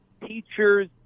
teachers